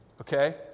okay